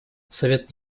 совет